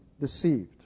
deceived